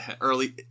early